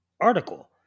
article